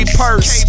purse